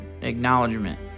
acknowledgement